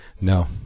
No